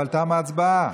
אבל תמה ההצבעה.